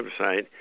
website